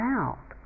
out